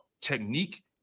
technique